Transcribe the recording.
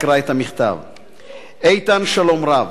אקרא את המכתב: "איתן שלום רב.